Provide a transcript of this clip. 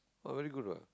oh very good what